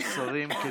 השרים,